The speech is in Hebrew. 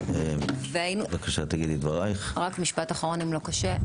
רק משפט אחרון אם לא קשה.